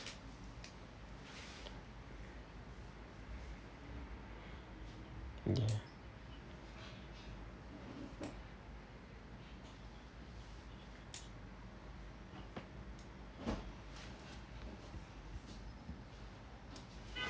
ya